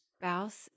spouse